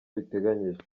biteganyijwe